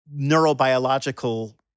neurobiological